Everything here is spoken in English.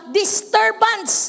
disturbance